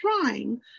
trying